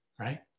right